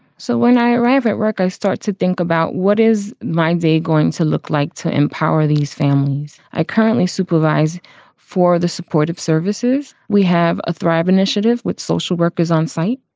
so when i arrive at work, i start to think about what is my day going to look like to empower these families. i currently supervise for the support of services. we have a thrive initiative with social workers on site.